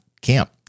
camp